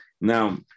Now